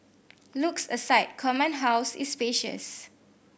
looks aside Command House is spacious